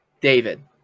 David